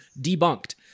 Debunked